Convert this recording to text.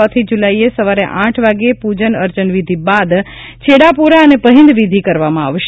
ચોથી જુલાઇએ સવારે આઠ વાગે પૂજન અર્ચન વિધિ બાદ છેડા પોરા અને પહિન્દ વિધિ કરવામાં આવશે